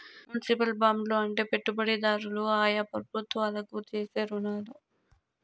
municipal బాండ్లు అంటే పెట్టుబడిదారులు ఆయా ప్రభుత్వాలకు చేసే రుణాలు